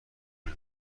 نمی